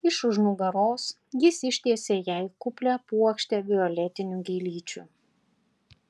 iš už nugaros jis ištiesė jai kuplią puokštę violetinių gėlyčių